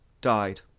died